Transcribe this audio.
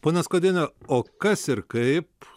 ponia skuodiene o kas ir kaip